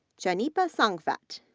chanipa sangphet,